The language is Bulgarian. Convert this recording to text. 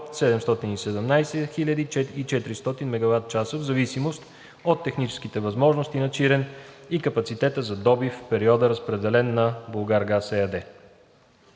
717 400 мегаватчаса в зависимост от техническите възможности на ПГХ „Чирен“ и капацитета за добив в периода, разпределен на „Булгаргаз“ ЕАД.